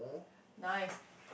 nice